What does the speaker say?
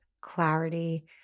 clarity